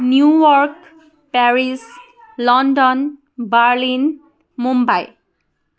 New York Paris London Berlin Mumbai